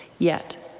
yet,